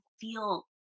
feel